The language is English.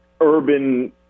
urban